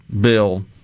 bill